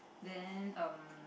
then um